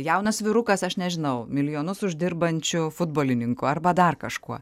jaunas vyrukas aš nežinau milijonus uždirbančiu futbolininku arba dar kažkuo